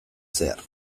zehar